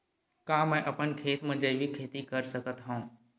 का मैं अपन खेत म जैविक खेती कर सकत हंव?